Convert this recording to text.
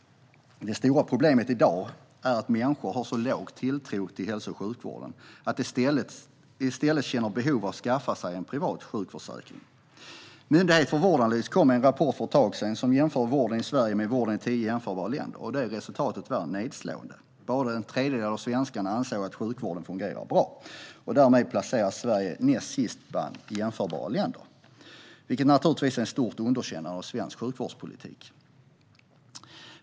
Det stora problemet i dag är att människor har så låg tilltro till hälso och sjukvården att de i stället känner ett behov av att skaffa sig en privat sjukförsäkring. Myndigheten Vårdanalys kom med en rapport för ett tag sedan där man jämförde vården i Sverige med vården i tio jämförbara länder. Resultatet var nedslående. Bara en tredjedel av svenskarna anser att sjukvården fungerar bra. Därmed placerar sig Sverige näst sist bland jämförbara länder, vilket naturligtvis är ett stort underkännande av svensk sjukvårdspolitik.